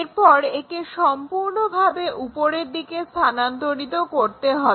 এরপর একে সম্পূর্ণভাবে ওপরের দিকে স্থানান্তরিত করতে হবে